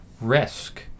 risk